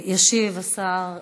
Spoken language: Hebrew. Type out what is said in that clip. ישיב השר לוין,